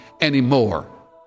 anymore